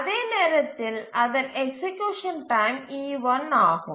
அதே நேரத்தில் அதன் எக்சீக்யூசன் டைம் e1 ஆகும்